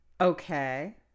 Okay